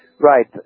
Right